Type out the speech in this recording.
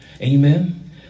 amen